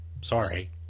Sorry